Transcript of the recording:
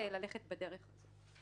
ללכת בדרך זו.